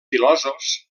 filòsofs